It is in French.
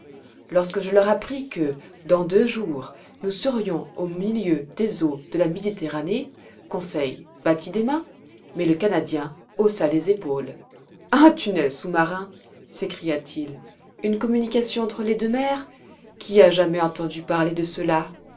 lorsque je leur appris que dans deux jours nous serions au milieu des eaux de la méditerranée conseil battit des mains mais le canadien haussa les épaules un tunnel sous-marin s'écria-t-il une communication entre les deux mers qui a jamais entendu parler de cela